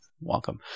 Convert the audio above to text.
Welcome